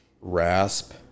Rasp